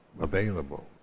available